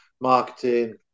Marketing